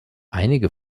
einige